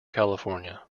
california